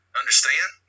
understand